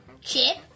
Chip